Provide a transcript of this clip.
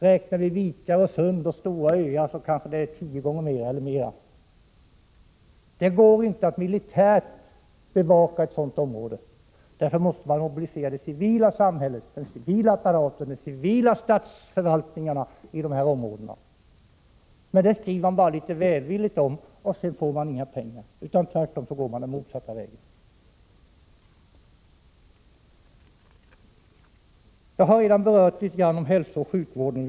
Räknar vi in vikar, sund och stora öar, så rör det sig kanske om en sträcka som är minst tio gånger längre. Det går inte att militärt bevaka ett sådant område. Därför måste man mobilisera det civila samhället, den civila apparaten, de civila förvaltningarna i de här områdena. Men det skriver utskottet bara litet välvilligt om, men det anslås inga pengar till det — tvärtom; man går den motsatta vägen. Jag har redan talat litet grand om hälsooch sjukvården.